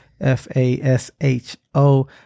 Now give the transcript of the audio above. F-A-S-H-O